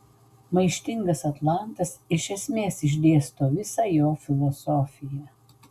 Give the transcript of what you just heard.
maištingas atlantas iš esmės išdėsto visą jo filosofiją